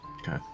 Okay